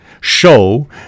show